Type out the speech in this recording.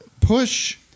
push